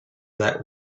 that